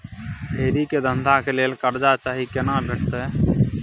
फेरी के धंधा के लेल कर्जा चाही केना भेटतै?